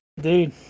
Dude